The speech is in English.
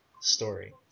story